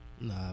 Nah